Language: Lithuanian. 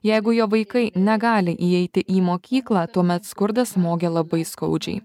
jeigu jo vaikai negali įeiti į mokyklą tuomet skurdas smogiai labai skaudžiai